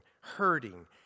hurting